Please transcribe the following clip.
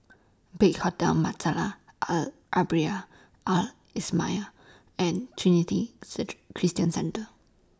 Big Hotel Al Al Islamiah and Trinity Christian Centre